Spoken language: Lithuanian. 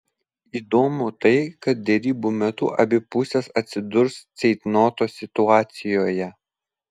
įdomu tai kad derybų metu abi pusės atsidurs ceitnoto situacijoje